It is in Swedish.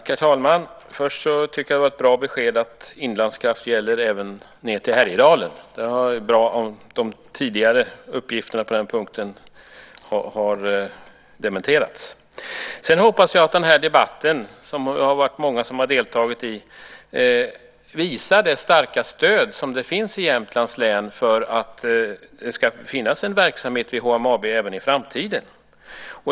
Herr talman! Först tycker jag att det var ett bra besked att Inlandskrafts arbetsområde gäller även ned till Härjedalen. Det är bra om de tidigare uppgifterna på den punkten har dementerats. Sedan hoppas jag att debatten som många har deltagit i visar det starka stöd som det finns i Jämtlands län för att det ska finnas en verksamhet vid HMAB även i framtiden.